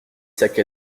sac